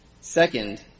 second